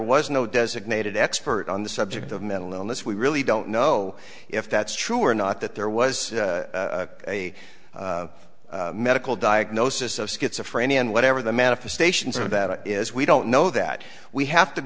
was no designated expert on the subject of mental illness we really don't know if that's true or not that there was a medical diagnosis of schizophrenia and whatever the manifestations are that it is we don't know that we have to